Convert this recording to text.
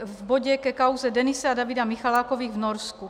V bodě ke kauze Denise a Davida Michalákových v Norsku.